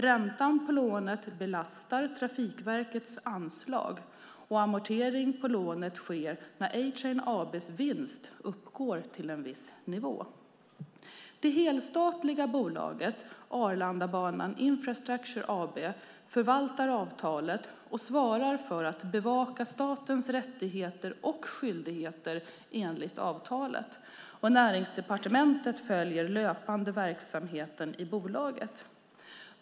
Räntan på lånet belastar Trafikverkets anslag. Amortering på lånet sker när A-Train AB:s vinst uppgår till en viss nivå. Det helstatliga bolaget Arlandabanan Infrastructure AB förvaltar avtalet och svarar för att bevaka statens rättigheter och skyldigheter enligt avtalet. Näringsdepartementet följer löpande verksamheten i bolaget.